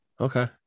Okay